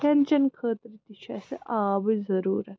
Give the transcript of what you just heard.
کھیٚن چیٚن خٲطرٕ تہِ چھِ اسہِ آبٕچ ضروٗرت